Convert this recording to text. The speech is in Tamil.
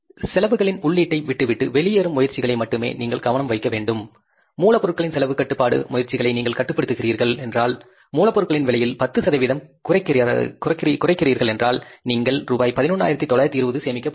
செலவுகளின் உள்ளீட்டை விட்டு விட்டு வெளியேறும் முயற்சிகளை மட்டுமே நீங்கள் கவனம் வைக்க வேண்டும் மூலப்பொருட்களின் செலவு கட்டுப்பாட்டு முயற்சிகளை நீங்கள் கட்டுப்படுத்துகிறீர்கள் என்றால் மூலப்பொருட்களின் விலையில் 10 சதவிகிதம் குறிக்கிறார்கள் என்றால் நீங்கள் ரூபாய்11920 சேமிக்கப் போகிறீர்கள்